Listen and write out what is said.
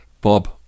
Bob